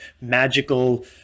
magical